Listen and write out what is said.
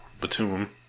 Batum